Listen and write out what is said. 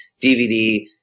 dvd